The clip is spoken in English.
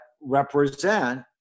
represent